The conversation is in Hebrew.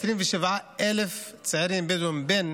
27,000 צעירים בדואים בין